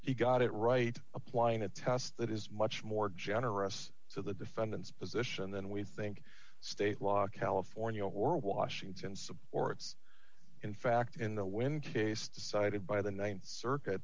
he got it right applying a test that is much more generous so the defendant's position than we think state law california or washington supports in fact in the when case decided by the th circuit